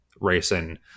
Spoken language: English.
racing